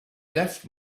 left